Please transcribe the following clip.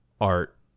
art